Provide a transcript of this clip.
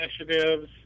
initiatives